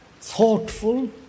thoughtful